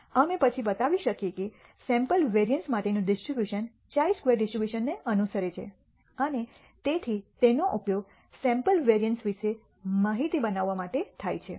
અમે પછી બતાવી શકીએ કે સેમ્પલ વેરીઅન્સ માટેનું ડિસ્ટ્રીબ્યુશન χ સ્ક્વેર ડિસ્ટ્રીબ્યુશન ને અનુસરે છે અને તેથી તેનો ઉપયોગ સેમ્પલ વેરીઅન્સ વિશે માહિતી બનાવવા માટે થાય છે